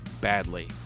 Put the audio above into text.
badly